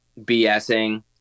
BSing